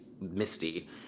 misty